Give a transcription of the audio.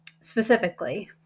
specifically